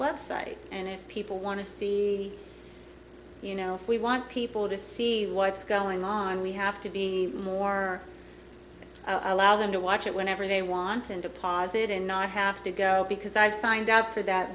website and if people want to see you know we want people to see what's going on we have to be more i allow them to watch it whenever they want and deposit it in ny i have to go because i've signed up for that